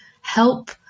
help